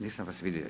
Nisam vas vidio.